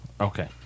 Okay